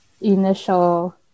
initial